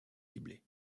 ciblée